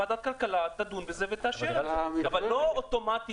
ועדת הכלכלה תדון בזה ותאשר את זה אבל לא אוטומטית,